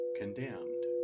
condemned